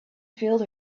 filled